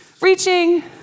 reaching